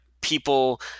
people